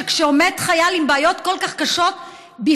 שכשעומד חייל עם בעיות כל כך קשות בפני